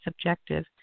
subjective